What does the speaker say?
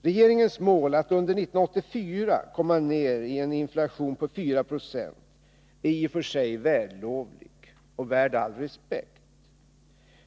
Regeringens mål att under 1984 komma ned till en inflation på 4 96 är i och för sig vällovlig och värd all respekt.